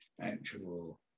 actual